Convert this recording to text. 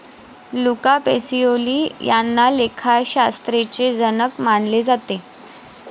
Luca Pacioli यांना लेखाशास्त्राचे जनक मानले जाते